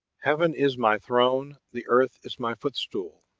heaven is my throne, the earth is my footstool.